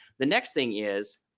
the next thing is